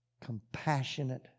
compassionate